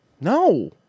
No